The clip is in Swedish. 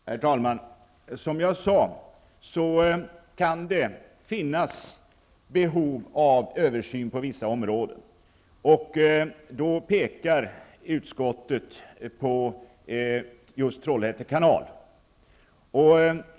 Herr talman! Som jag tidigare sade kan det finnas behov av översyn på vissa områden, och här pekar utskottet på just Trollhätte kanal.